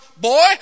boy